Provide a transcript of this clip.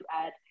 add